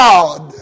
God